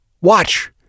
Watch